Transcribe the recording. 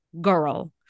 girl